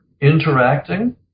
interacting